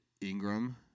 Ingram